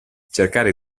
cercare